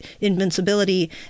invincibility